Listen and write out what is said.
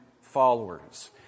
followers